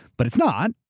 but it's not.